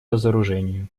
разоружению